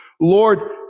Lord